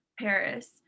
Paris